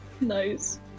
Nice